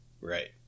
Right